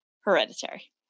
Hereditary